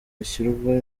hashyirwa